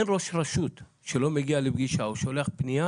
אין ראש רשות שלא מגיע לפגישה או שולח פנייה